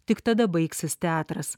tik tada baigsis teatras